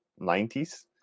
90s